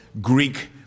Greek